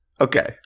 Okay